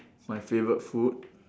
my favourite food